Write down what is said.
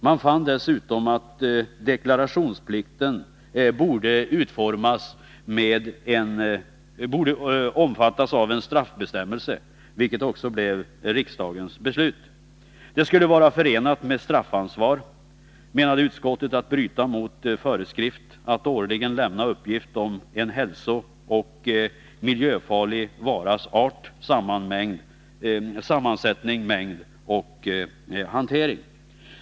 Man fann dessutom att deklarationsplikten borde omfattas av en straffbestämmelse, vilket också blev riksdagens beslut. Det skulle vara förenat med straffansvar, menade utskottet, att bryta mot föreskrift att årligen lämna uppgift om en hälsooch miljöfarlig varas art, sammansättning, mängd och hantering.